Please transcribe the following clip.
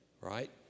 right